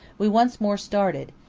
we once more started,